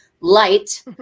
light